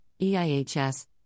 EIHS